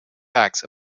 facts